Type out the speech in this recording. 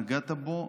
נגעת בו,